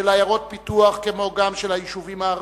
של עיירות פיתוח כמו גם של היישובים הערביים,